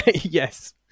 Yes